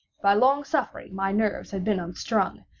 by long suffering my nerves had been unstrung,